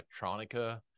electronica